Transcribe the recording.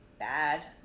bad